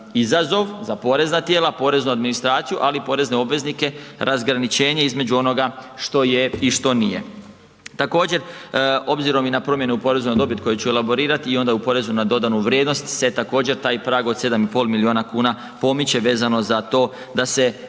izazov za porezna tijela, poreznu administraciju, ali i porezne obveznike razgraničenje između onoga što je i što nije. Također obzirom i na promjene u porezu na dobit koje ću elaborirati i onda u porezu na dodanu vrijednost se također taj prag od 7,5 milijuna kuna pomoče vezano za to da se